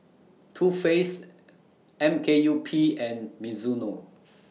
Too Faced M K U P and Mizuno